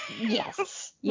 Yes